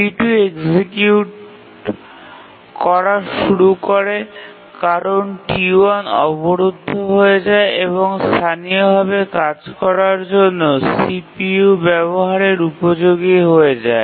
T2 execute করা শুরু করে কারণ T1 অবরুদ্ধ হয়ে যায় এবং স্থানীয়ভাবে কাজ করার জন্য CPU ব্যাবহারের উপযোগী হয়ে যায়